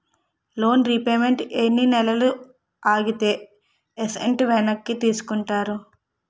Loan repayment ఎన్ని నెలలు ఆగితే ఎసట్ వెనక్కి తీసుకుంటారు?